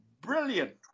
brilliant